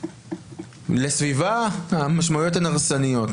לסביבה המשמעויות הן הרסניות.